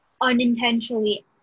unintentionally